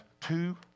two